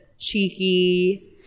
Cheeky